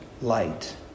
light